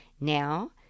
Now